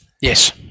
Yes